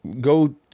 go